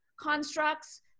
constructs